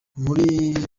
muri